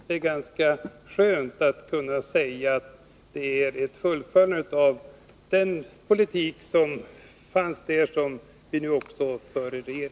Det är ganska skönt att kunna säga att den politik vi nu för innebär ett fullföljande av den politik som tidigare fördes.